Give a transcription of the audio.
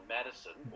Madison